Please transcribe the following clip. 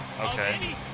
Okay